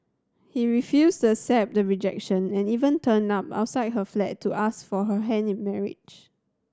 he refused accept the rejection and even turned up outside her flat to ask for her hand in marriage